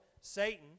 Satan